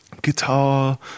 guitar